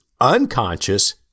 unconscious